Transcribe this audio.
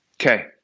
Okay